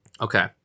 Okay